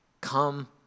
come